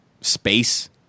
space